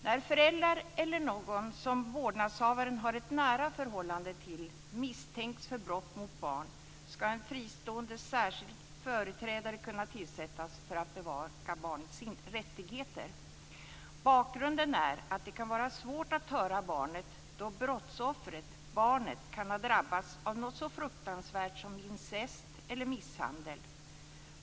När föräldrar eller någon som vårdnadshavaren har ett nära förhållande till misstänks för brott mot barn ska en fristående särskild företrädare kunna tillsättas för att bevaka barnets rättigheter. Bakgrunden är att det kan vara svårt att höra barnet då barnet, brottsoffret, kan ha drabbats av något så fruktansvärt som incest eller misshandel.